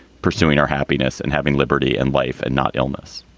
pursuing our happiness and having liberty and life and not illness,